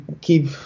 keep